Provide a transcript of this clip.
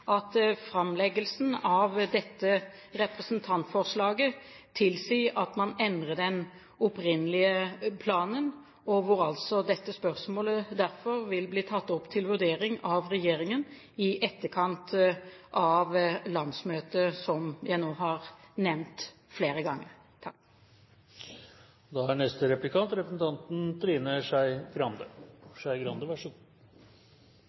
at framleggelsen av dette representantforslaget tilsier at man endrer den opprinnelige planen. Dette spørsmålet vil derfor bli tatt opp til vurdering av regjeringen i etterkant av landsmøtet, som jeg nå har nevnt flere ganger. Jeg har lyst til å høre om justisministeren kan svare på om hvor reelt stort og prangende dette problemet er